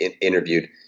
interviewed